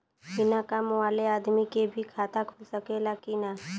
बिना काम वाले आदमी के भी खाता खुल सकेला की ना?